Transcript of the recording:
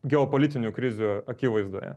geopolitinių krizių akivaizdoje